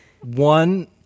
one